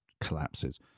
collapses